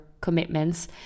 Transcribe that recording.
commitments